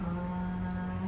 uh